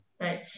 right